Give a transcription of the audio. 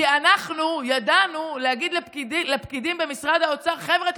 כי אנחנו ידענו להגיד לפקידים במשרד האוצר: חבר'ה,